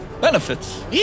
Benefits